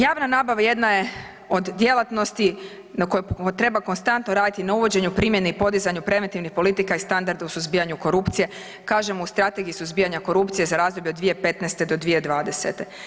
Javna nabava jedna je od djelatnosti na kojoj treba konstantno raditi na uvođenju primjene i podizanja preventivnih politika i standarda u suzbijanju korupcije kažemo u strategiji suzbijanja korupcije za razdoblje od 2015. do 2020.